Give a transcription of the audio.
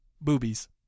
Boobies